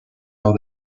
how